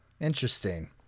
Interesting